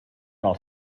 els